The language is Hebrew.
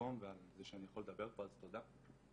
המקום ועל זה שאני יכול לדבר פה אז תודה רבה.